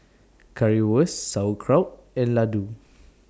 Currywurst Sauerkraut and Ladoo